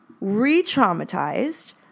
re-traumatized